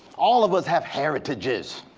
all of us have heritages.